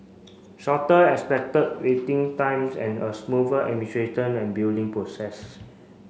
shorter expected waiting times and a smoother administration and billing process